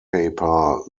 paper